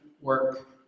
work